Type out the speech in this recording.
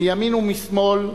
מימין ומשמאל,